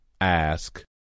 Ask